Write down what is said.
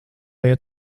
iet